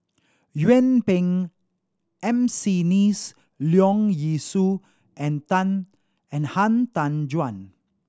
Yuen Peng M C Neice Leong Yee Soo and Tan and Han Tan Juan